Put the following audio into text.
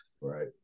right